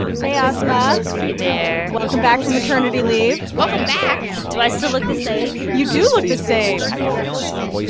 hey, asma hey there welcome back from maternity leave welcome back do i still look the same? you do look the same how are you feeling, though?